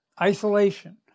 isolation